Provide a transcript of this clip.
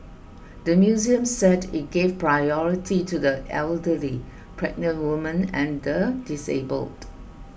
the museum said it gave priority to the elderly pregnant women and the disabled